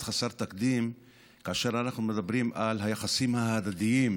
חסר תקדים כאשר אנחנו מדברים על היחסים ההדדיים,